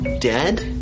dead